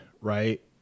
right